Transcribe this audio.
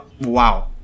Wow